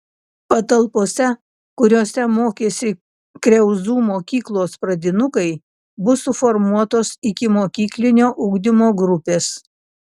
patalpose kuriose mokėsi kriauzų mokyklos pradinukai bus suformuotos ikimokyklinio ugdymo grupės